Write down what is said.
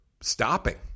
stopping